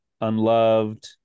unloved